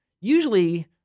usually